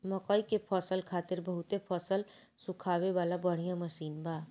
मकई के फसल खातिर बहुते फसल सुखावे वाला बढ़िया मशीन बा